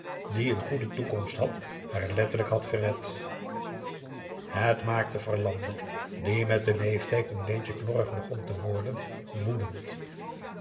die een goede toekomst had haar letterlijk had gered het maakte verlande die met den leeftijd n beetje knorrig begon te worden woedend